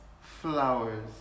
Flowers